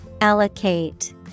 Allocate